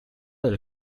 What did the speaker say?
del